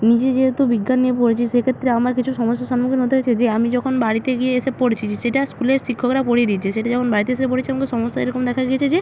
নিজে যেহেতু বিজ্ঞান নিয়ে পড়েছি সেক্ষেত্রে আমার কিছু সমস্যার সম্মুখীন হতে হয়েছে যে আমি যখন বাড়িতে গিয়ে এসে পড়েছি সেটা স্কুলের শিক্ষকরা পড়িয়ে দিয়েছে সেটা যেমন বাড়িতে এসে পড়েছি আমাকে সমস্যা এরকম দেখা গিয়েছে যে